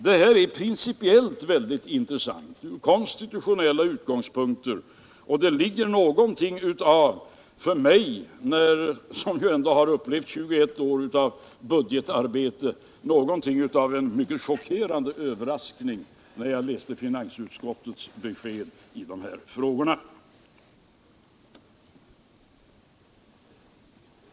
Det här är principiellt väldigt intressant från konstitutionella utgångspunkter, och för mig, som ändå har upplevt 21 år av budgetarbete, blev det någonting av en mycket chockerande överraskning när jag läste finansutskottets besked i de här frågorna.